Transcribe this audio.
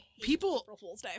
people